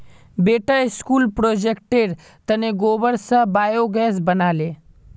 बेटा स्कूल प्रोजेक्टेर तने गोबर स बायोगैस बना ले